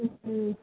school